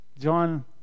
John